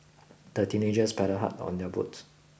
the teenagers paddled hard on their boat